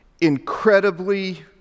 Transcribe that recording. incredibly